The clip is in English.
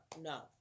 no